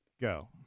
Go